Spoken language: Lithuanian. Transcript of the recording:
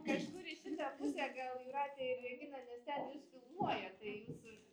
kažkur į šitą pusę gal jūrate ir regina nes ten jus filmuoja tai jūs